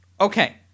Okay